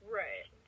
right